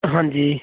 ਹਾਂਜੀ